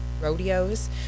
rodeos